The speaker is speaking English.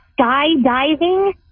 skydiving